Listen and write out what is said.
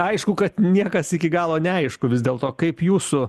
aišku kad niekas iki galo neaišku vis dėlto kaip jūsų